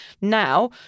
now